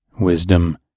wisdom